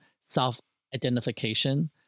self-identification